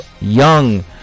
young